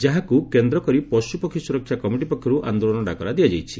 ଯାହାକୁ କେନ୍ଦ୍ର କରି ପଶୁପକ୍ଷୀ ସୁରକ୍ଷା କମିଟି ପକ୍ଷର୍ ଆନ୍ଦୋଳନ ଡାକରା ଦିଆଯାଇଛି